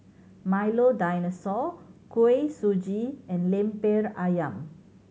Milo Dinosaur Kuih Suji and Lemper Ayam